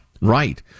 Right